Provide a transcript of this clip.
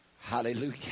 Hallelujah